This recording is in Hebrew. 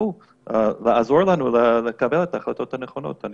תצטרכו לעזור לנו לקבל את ההחלטות הנכונות - אני